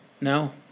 No